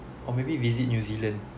or maybe visit new zealand